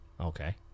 Okay